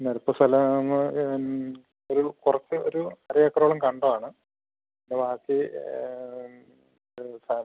നിരപ്പ് സ്ഥലം ആകുമ്പോൾ ഇത് ഒരു കുറച്ച് ഒരു അര ഏക്കറോളം കണ്ടമാണ് ബാക്കി ഒരു സ്ഥലം